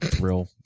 real